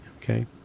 Okay